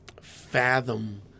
fathom